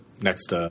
next